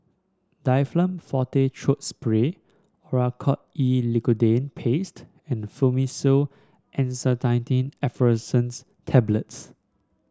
Difflam Forte Throat Spray Oracort E Lidocaine Paste and Fluimucil Acetylcysteine Effervescents Tablets